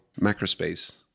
Macrospace